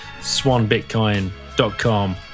SwanBitcoin.com